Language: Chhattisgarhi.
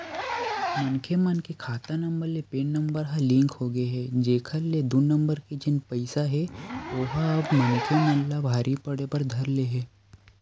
मनखे मन के खाता नंबर ले पेन नंबर ह लिंक होगे हे जेखर ले दू नंबर के जेन पइसा हे ओहा अब मनखे मन ला भारी पड़े बर धर ले हे